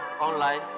online